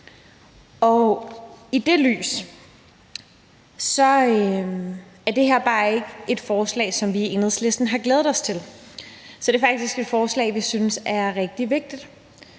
I det lys er det her bare et forslag, som vi i Enhedslisten har glædet os til, for det er faktisk et forslag, som vi synes er rigtig vigtigt.